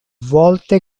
volte